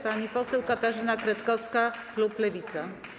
Pani poseł Katarzyna Kretkowska, klub Lewica.